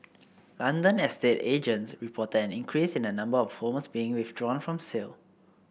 London estate agents reported an increase in the number of homes being withdrawn from sale